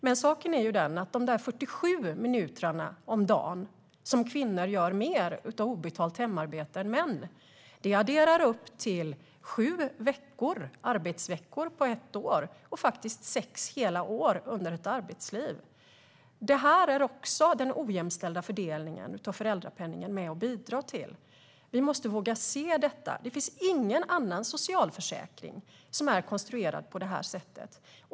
Men saken är den att de där 47 minuterna om dagen som kvinnor gör mer av obetalt hemarbete än männen adderar upp till sju arbetsveckor på ett år och faktiskt sex hela år under ett arbetsliv. Det är också den ojämställda fördelningen av föräldrapenningen med och bidrar till. Vi måste våga se detta. Det finns ingen annan socialförsäkring som är konstruerad på det här sättet.